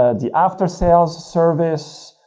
ah the after sales service,